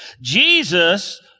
Jesus